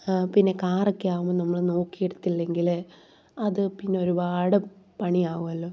ആ പിന്നെ കാറക്കെയാകുമ്പോൾ നമ്മൾ നോക്കിയെടുത്തില്ലങ്കിൽ അത് പിന്നൊരുപാട് പണിയാകുമല്ലോ